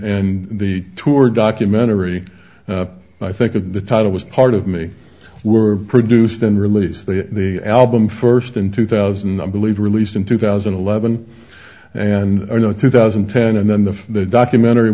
and the tour documentary i think of the title was part of me were produced and release the album first in two thousand i believe released in two thousand and eleven and two thousand and ten and then the documentary